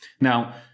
now